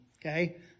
Okay